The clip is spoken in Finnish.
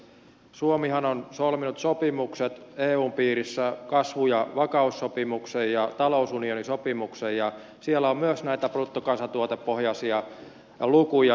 suomihan on solminut sopimukset eun piirissä kasvu ja vakaussopimuksen ja talousunionisopimuksen ja siellä on myös näitä bruttokansantuotepohjaisia lukuja